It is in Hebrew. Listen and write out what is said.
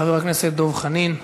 חבר הכנסת דב חנין.